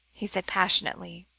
he said passionately.